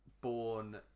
born